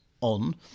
on